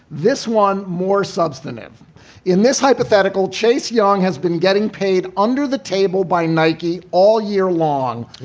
this one more substantive in this hypothetical, chase young has been getting paid under the table by nike all year long.